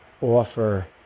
offer